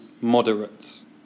moderates